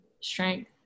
strength